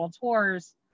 tours